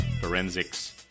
forensics